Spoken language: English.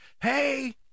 hey